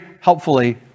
helpfully